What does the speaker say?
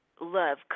Love